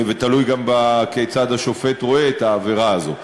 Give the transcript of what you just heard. ותלוי גם כיצד השופט רואה את העבירה הזאת.